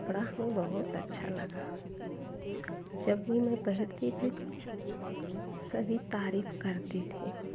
कपड़ा हमें बहुत अच्छा लगा जब भी मैं पहनती थी सभी तारीफ करते थे